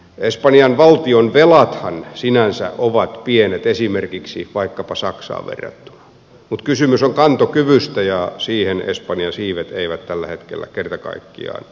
espanjan valtion velathan sinänsä ovat pienet esimerkiksi vaikkapa saksaan verrattuna mutta kysymys on kantokyvystä ja siinä espanjan siivet eivät tällä hetkellä kerta kaikkiaan kestä